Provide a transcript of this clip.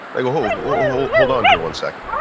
i go, whoa, hold on here one second.